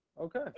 Okay